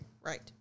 Right